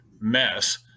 mess